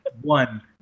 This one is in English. One